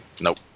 Nope